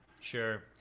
Sure